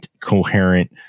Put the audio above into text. coherent